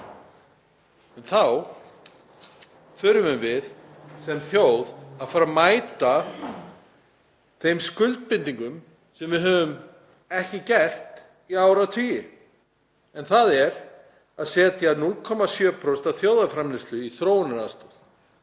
En þá þurfum við sem þjóð að fara að mæta þeim skuldbindingum sem við höfum ekki gert í áratugi en það er að setja 0,7% af þjóðarframleiðslu í þróunaraðstoð